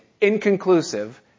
inconclusive